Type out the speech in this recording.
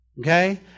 Okay